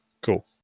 cool